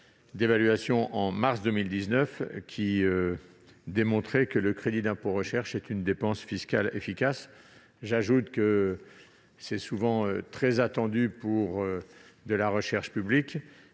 étude de mars 2019 : elle démontrait que le crédit d'impôt recherche est une dépense fiscale efficace. J'ajoute que le CIR est souvent très attendu par la recherche publique.